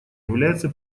является